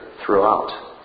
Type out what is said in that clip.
throughout